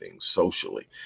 socially